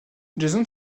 jason